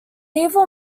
evil